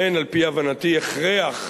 אין, על-פי הבנתי, הכרח,